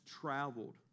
traveled